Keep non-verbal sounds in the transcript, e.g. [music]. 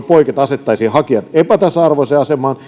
[unintelligible] poiketa asettaisi hakijat epätasa arvoiseen asemaan [unintelligible]